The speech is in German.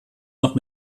noch